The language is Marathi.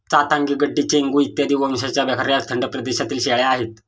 चांथागी, गड्डी, चेंगू इत्यादी वंशाच्या बकऱ्या थंड प्रदेशातील शेळ्या आहेत